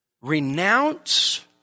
renounce